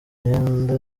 imyenda